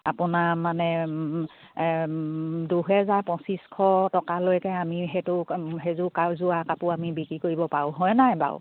আপোনাৰ মানে দুহেজাৰ পঁচিছশ টকালৈকে আমি সেইটো সেইযোৰ কা যোৰা কাপোৰ আমি বিক্ৰী কৰিব পাৰোঁ হয় নাই বাৰু